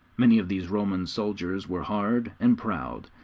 many of these roman soldiers were hard and proud,